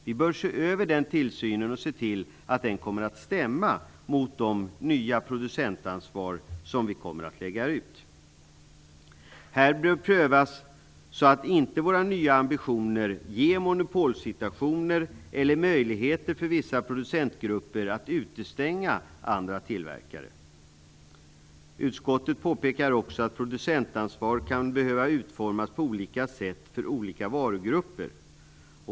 Vi bör se över den tillsynen och se till att den kommer att stämma mot det nya producentansvar som kommer att läggas ut. Det här bör prövas så att inte våra nya ambitioner ger monopolsituationer eller möjligheter för vissa producentgrupper att utestänga andra tillverkare. Utskottet påpekar också att producentansvar kan behöva utformas på olika sätt för olika varugrupper.